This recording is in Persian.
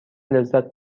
لذت